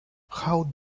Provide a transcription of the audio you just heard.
how